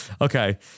Okay